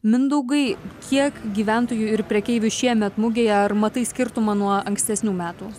mindaugai kiek gyventojų ir prekeivių šiemet mugėje ar matai skirtumą nuo ankstesnių metų